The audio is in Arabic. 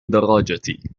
دراجتي